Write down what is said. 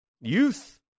Youth